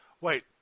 Wait